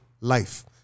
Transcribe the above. life